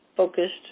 Focused